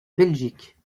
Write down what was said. belgique